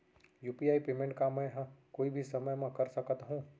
UPI payment का मैं ह कोई भी समय म कर सकत हो?